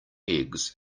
eggs